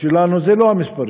שלנו היא לא המספרים,